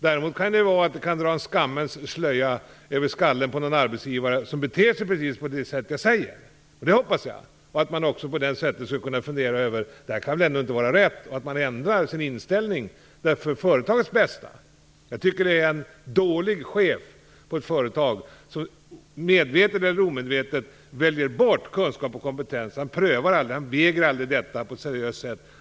Däremot är det bra om jag kan få någon arbetsgivare som beter sig på precis det sätt som jag säger att skämmas. Det hoppas jag. Kanske kan han också börja fundera över om han gör rätt och ändra sin inställning - till företagets bästa. Jag tycker att det är en dålig företagsledare som - medvetet eller omedvetet - väljer bort kunskap och kompetens genom att aldrig på ett seriöst sätt pröva detta.